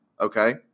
Okay